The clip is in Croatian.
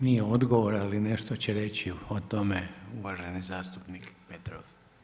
Nije odgovor, ali nešto će reći o tome uvaženi zastupnik Petrov.